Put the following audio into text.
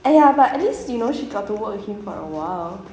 !aiya! but at least you know she got to work with him for awhile